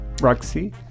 Roxy